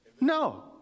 No